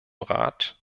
rat